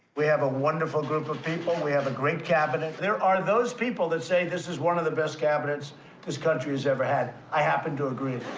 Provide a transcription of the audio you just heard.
we have a wonderful group of people. we have a great cabinet. there are those people that say this is one of the best cabinets this country has ever had. i happen to agree.